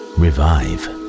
revive